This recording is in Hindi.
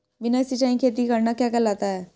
बिना सिंचाई खेती करना क्या कहलाता है?